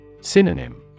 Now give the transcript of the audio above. Synonym